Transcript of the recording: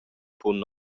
punt